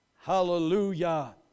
Hallelujah